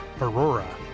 Aurora